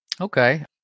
Okay